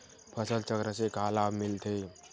फसल चक्र से का लाभ मिलथे?